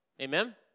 Amen